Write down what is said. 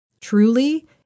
Truly